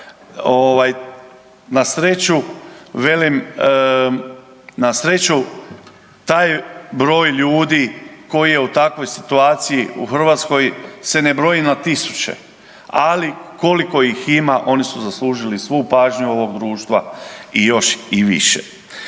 na sreću taj broj ljudi koji je u takvoj situaciji u Hrvatskoj se ne broji na tisuće ali, koliko ih ima oni su zaslužili svu pažnju ovog društva i još i više.